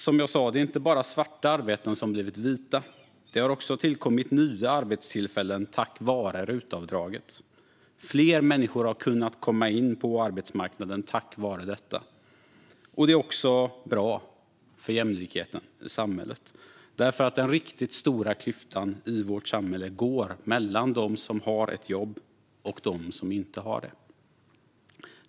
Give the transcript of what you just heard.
Som jag sa handlar det inte bara om svarta arbeten som har blivit vita, utan det har också tillkommit nya arbetstillfällen tack vare RUT-avdraget. Fler människor har kunnat komma in på arbetsmarknaden tack vare detta. Det är också bra för jämlikheten i samhället, för den riktiga stora klyftan i vårt samhälle går mellan dem som har ett jobb och dem som inte har det.